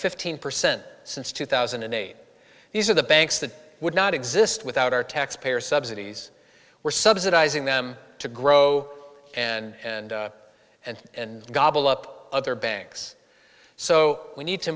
fifteen percent since two thousand and eight these are the banks that would not exist without our taxpayer subsidies we're subsidizing them to grow and and and gobble up other banks so we need to